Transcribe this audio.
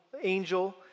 angel